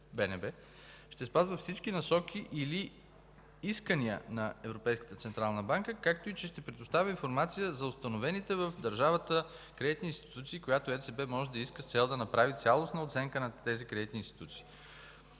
ще спазва всички насоки или искания на Европейската централна банка, както и че ще предостави информация за установените в държавата кредитни институции, която Европейската централна банка може да иска с цел да направи цялостна оценка на тези кредитни институции.